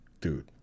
Dude